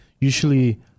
usually